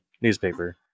newspaper